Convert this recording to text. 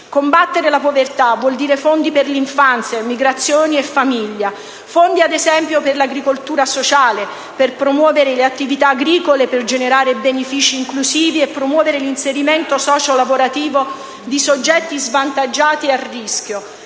Combattere la povertà vuol dire fondi per l'infanzia, l'immigrazione e la famiglia; fondi, ad esempio, per l'agricoltura sociale, per promuovere le attività agricole, per generare benefici inclusivi e promuovere l'inserimento socio-lavorativo di soggetti svantaggiati e a rischio,